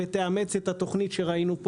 שתאמץ את התוכנית שראינו.